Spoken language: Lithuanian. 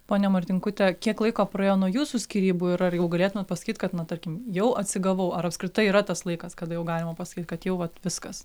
ponia martinkute kiek laiko praėjo nuo jūsų skyrybų ir ar jau galėtumėt pasakyt kad na tarkim jau atsigavau ar apskritai yra tas laikas kada jau galima pasakyt kad jau vat viskas